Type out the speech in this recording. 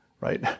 right